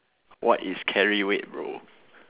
what is carry weight bro